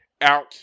out